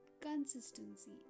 consistency